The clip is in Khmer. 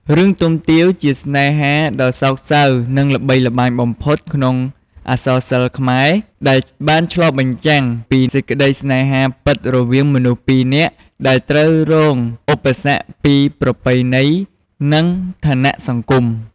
រឿង ទុំទាវ ជារឿងស្នេហាដ៏សោកសៅនិងល្បីល្បាញបំផុតក្នុងអក្សរសិល្ប៍ខ្មែរ ដែលបានឆ្លុះបញ្ចាំងពីសេចក្តីស្នេហាពិតរវាងមនុស្សពីរនាក់ដែលត្រូវរងឧបសគ្គពីប្រពៃណី និងឋានៈសង្គម។